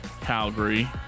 Calgary